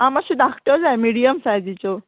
आं मात्श्यो धाकटो जाय मिडयम सायजीच्यो